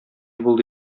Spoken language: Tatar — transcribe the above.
булды